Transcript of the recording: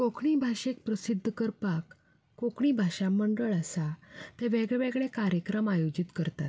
कोंकणी भाशेक प्रसिद्ध करपाक कोंकणी भाशा मंडळ आसा थंय वेगळेवेगळे कार्यक्रम आयोजीत करतात